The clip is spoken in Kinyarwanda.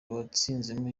yatsinzemo